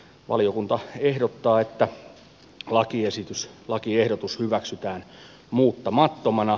valiokunta ehdottaa että lakiehdotus hyväksytään muuttamattomana